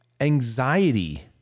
anxiety